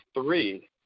three